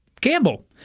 gamble